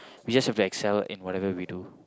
we just have to excel in whatever we do